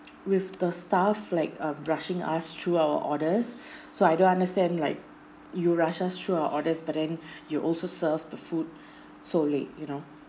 with the staff like um rushing us through our orders so I don't understand like you rushed us through our orders but then you also served the food so late you know